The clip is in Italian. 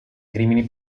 crimini